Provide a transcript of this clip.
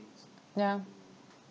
yeah